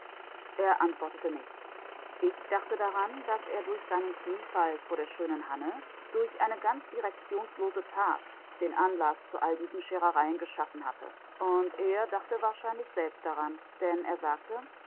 er antwortete nicht ich dachte daran daß er durch seinen kniefall vor der schönen hanne durch eine ganz direktionslose tat den anlaß zu all diesen scherereien geschaffen hatte und er dachte wahrscheinlich selbst daran denn er sagte